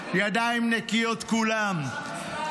ידיים נקיות כולם.